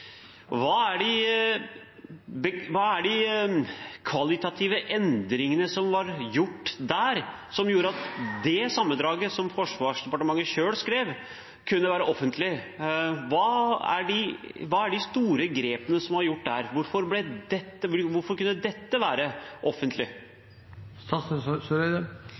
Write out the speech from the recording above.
Hva var de kvalitative endringene som var gjort der, som gjorde at det sammendraget som Forsvarsdepartementet selv skrev, kunne være offentlig? Hva er de store grepene som er tatt der? Hvorfor kunne dette være